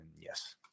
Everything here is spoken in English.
yes